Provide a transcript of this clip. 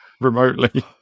remotely